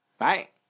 Right